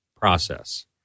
Process